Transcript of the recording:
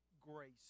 grace